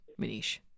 Manish